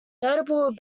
notable